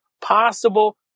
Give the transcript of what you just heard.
possible